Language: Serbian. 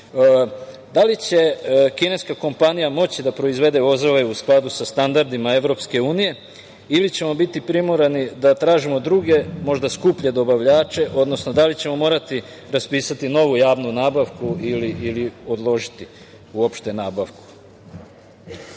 Da li će kineska kompanija moći da proizvede vozove u skladu sa standardima EU ili ćemo biti primorani da tražimo druge, možda skuplje dobavljače, odnosno da li ćemo morati raspisati novu javnu nabavku ili odložiti uopšte